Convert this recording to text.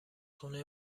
خونه